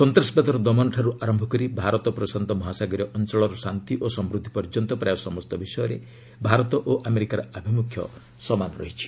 ସନ୍ତାସବାଦର ଦମନଠାରୁ ଆରମ୍ଭ କରି ଭାରତ ପ୍ରଶାନ୍ତ ମହାସାଗରୀୟ ଅଞ୍ଚଳର ଶାନ୍ତି ଓ ସମୂଦ୍ଧି ପର୍ଯ୍ୟନ୍ତ ପ୍ରାୟ ସମସ୍ତ ବିଷୟରେ ଭାରତ ଓ ଆମେରିକାର ଆଭିମୁଖ୍ୟ ସମାନ ରହିଛି